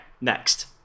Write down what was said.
Next